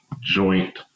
joint